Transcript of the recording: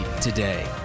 today